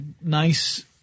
nice